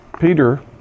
Peter